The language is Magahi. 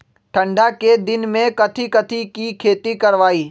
ठंडा के दिन में कथी कथी की खेती करवाई?